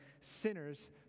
sinners